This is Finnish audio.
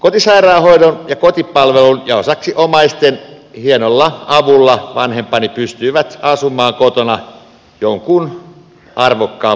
kotisairaanhoidon ja kotipalvelun ja osaksi omaisten hienolla avulla vanhempani pystyivät asumaan kotona jonkun arvokkaan vuoden lisää